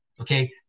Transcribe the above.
Okay